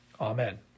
Amen